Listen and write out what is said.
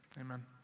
amen